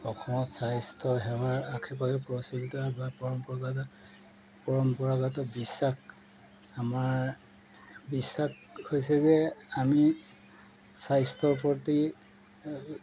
অসমত স্বাস্থ্য সেৱাৰ আশে পাশে প্ৰচলিত বা পৰম্পৰাগত পৰম্পৰাগত বিশ্বাস আমাৰ বিশ্বাস হৈছে যে আমি স্বাস্থ্যৰ প্ৰতি